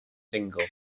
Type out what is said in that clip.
single